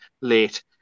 late